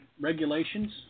regulations